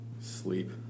Sleep